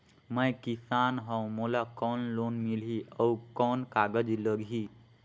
मैं किसान हव मोला कौन लोन मिलही? अउ कौन कागज लगही?